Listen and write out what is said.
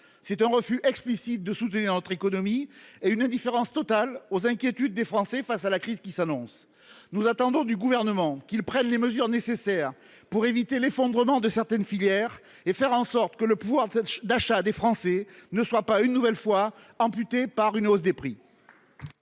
ils refusent explicitement de soutenir notre économie et font preuve d’une indifférence totale aux inquiétudes des Français face à la crise qui s’annonce. Nous attendons du Gouvernement qu’il prenne les mesures nécessaires pour éviter l’effondrement de certaines filières et faire en sorte que le pouvoir d’achat des Français ne soit pas une nouvelle fois amputé par des hausses de prix.